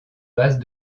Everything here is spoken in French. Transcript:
bases